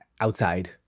outside